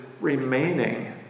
remaining